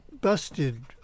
busted